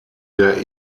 der